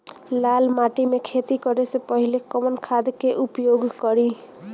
लाल माटी में खेती करे से पहिले कवन खाद के उपयोग करीं?